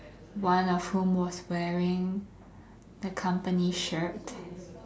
one of whom was wearing a company shirt